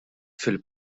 fil